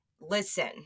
Listen